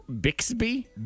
Bixby